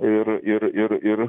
ir ir ir ir